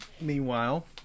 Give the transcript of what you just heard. Meanwhile